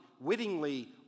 wittingly